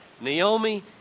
Naomi